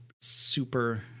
super